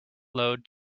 load